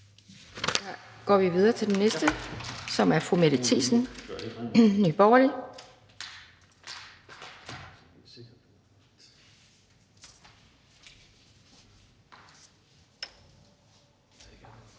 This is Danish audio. Så går vi videre til den næste, som er fru Mette Thiesen, Nye Borgerlige.